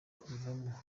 kubivamo